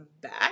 back